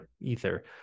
Ether